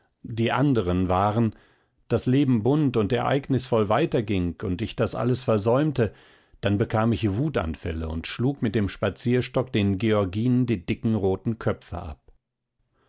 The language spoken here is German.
die anderen waren das leben bunt und ereignisvoll weiterging und ich das alles versäumte dann bekam ich wutanfälle und schlug mit dem spazierstock den georginen die dicken roten köpfe ab